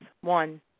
One